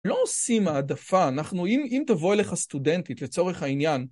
לא עושים העדפה, אנחנו... אם תבוא אליך סטודנטית לצורך העניין...